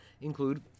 include